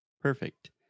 Perfect